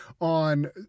on